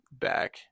back